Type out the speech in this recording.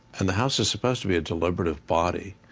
and the house is supposed to be a deliberative body,